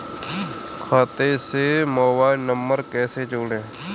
खाते से mobile number कैसे जोड़ें?